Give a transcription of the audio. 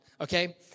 okay